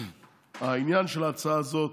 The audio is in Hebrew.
העניין של ההצעה הזאת,